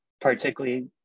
particularly